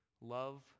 love